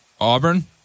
Auburn